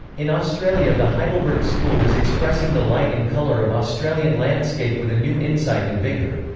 in australia the heidelberg school was expressing the light and colour of australian landscape with a new insight and vigour.